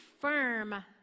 firm